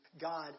God